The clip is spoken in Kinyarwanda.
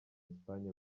espagne